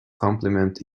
compliment